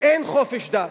ואין חופש דת,